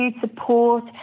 support